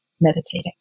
meditating